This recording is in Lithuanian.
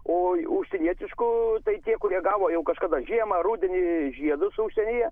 o užsienietiškų tai tie kurie gavo jau kažkada žiemą rudenį žiedus užsienyje